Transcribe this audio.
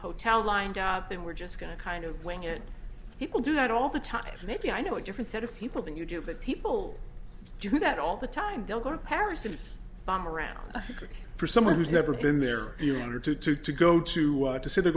hotel lined up there we're just going to kind of wing it people do that all the time maybe i know a different set of people than you do that people do that all the time they'll go to paris and bomb around for someone who's never been there even or to to to go to to say they're